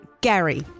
Gary